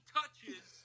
touches